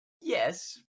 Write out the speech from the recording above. Yes